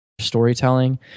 storytelling